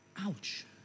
Ouch